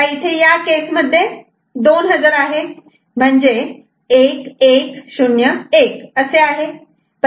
आता इथे या केसमध्ये 2 हजर आहे म्हणजे 1 1 0 1असे आहे